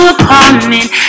apartment